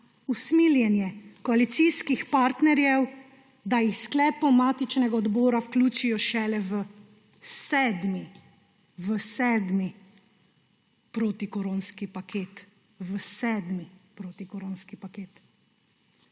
usmiljenje koalicijskih partnerjev, da jih s sklepom matičnega odbora vključijo šele v sedmi protikoronski paket?